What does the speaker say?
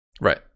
Right